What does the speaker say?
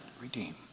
redeem